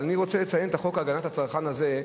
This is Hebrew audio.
אבל אני רוצה לציין את החוק להגנת הצרכן הזה,